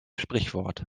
sprichwort